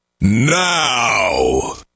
now